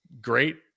great